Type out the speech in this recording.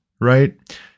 right